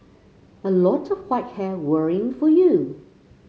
a lot of white hair worrying for you